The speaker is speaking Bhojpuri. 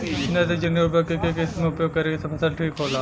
नेत्रजनीय उर्वरक के केय किस्त मे उपयोग करे से फसल ठीक होला?